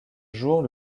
jour